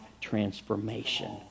transformation